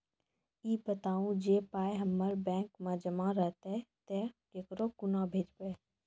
ई बताऊ जे पाय हमर बैंक मे जमा रहतै तऽ ककरो कूना भेजबै?